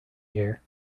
year